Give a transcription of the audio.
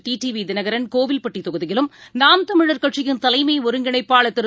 TTV Dhinakaran Kovilpatti தொகுதியிலும் நாம் தமிழர் கட்சியின் தலைமை ஒருங்கிணைப்பாளர் திரு